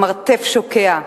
המרתף שוקע,